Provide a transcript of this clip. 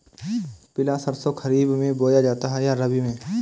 पिला सरसो खरीफ में बोया जाता है या रबी में?